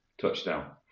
touchdown